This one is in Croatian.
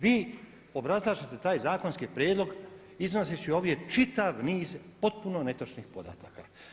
Vi obrazlažete taj zakonski prijedlog iznoseći ovdje čitav niz potpuno netočnih podataka.